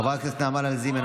חברת הכנסת אורנה ברביבאי,